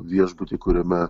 viešbutį kuriame